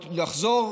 לחזור,